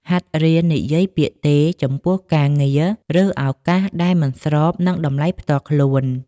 ហាត់រៀននិយាយពាក្យ "ទេ" ចំពោះការងារ ឬឱកាសដែលមិនស្របនឹងតម្លៃផ្ទាល់ខ្លួន។